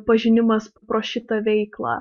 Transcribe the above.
pažinimas pro šitą veiklą